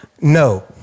No